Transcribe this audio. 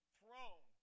throne